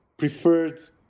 preferred